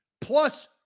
Plus